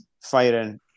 firing